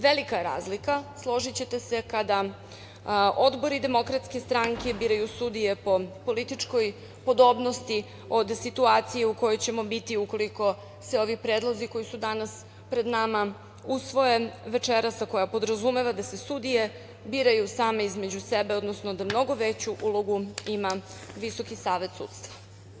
Velika je razlika, složićete se kada odbori DS biraju sudije po političkoj podobnosti od situacije u kojoj ćemo biti ukoliko se ovi predlozi koji su danas pred nama usvoje večeras, a koja podrazumeva da se sudije biraju same između sebe, odnosno da mnogo veću ulogu ima Visoki savet sudstva.